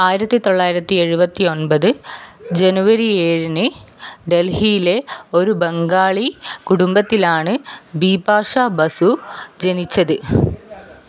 ആയിരത്തിത്തൊള്ളായിരത്തി എഴുപത്തിഒൻപത് ജനുവരി ഏഴിന് ഡൽഹിയിലെ ഒരു ബംഗാളി കുടുംബത്തിലാണ് ബിപാഷ ബസു ജനിച്ചത്